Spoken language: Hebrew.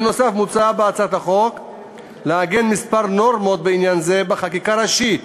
נוסף על כך מוצע בהצעת החוק לעגן כמה נורמות בעניין זה בחקיקה ראשית,